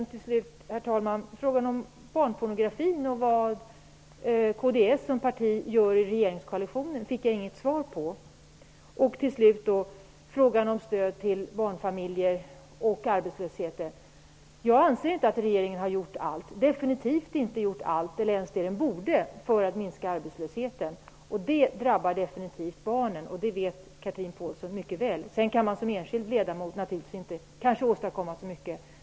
Jag fick inget svar på frågan om barnpornografin och vad kds som parti gör i regeringskoalitionen. Jag anser inte att regeringen har gjort allt i frågan om arbetslösheten och stödet till barnfamiljerna. Den har definitivt inte gjort allt eller ens det den borde ha gjort för att minska arbetslösheten. Det drabbar definitivt barnen. Det vet Chatrine Pålsson mycket väl. Sedan kan man som enskild ledamot kanske inte åstadkomma så mycket.